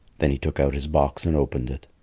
then he took out his box and opened it.